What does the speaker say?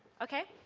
okay,